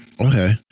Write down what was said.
Okay